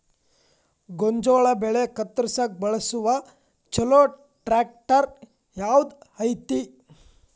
ಗೋಂಜಾಳ ಬೆಳೆ ಕತ್ರಸಾಕ್ ಬಳಸುವ ಛಲೋ ಟ್ರ್ಯಾಕ್ಟರ್ ಯಾವ್ದ್ ಐತಿ?